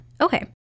Okay